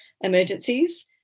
emergencies